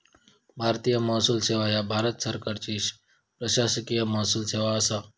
भारतीय महसूल सेवा ह्या भारत सरकारची प्रशासकीय महसूल सेवा असा